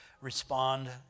respond